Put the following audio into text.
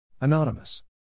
Anonymous